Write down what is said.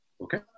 Okay